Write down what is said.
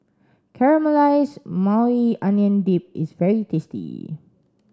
Caramelized Maui Onion Dip is very tasty